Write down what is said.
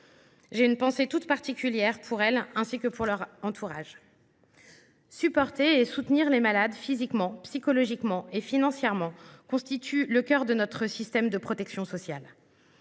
J’ai une pensée toute particulière pour elles et pour leur entourage. Aider et soutenir les malades physiquement, psychologiquement et financièrement constitue le cœur de notre système de protection sociale.